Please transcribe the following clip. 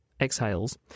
exhales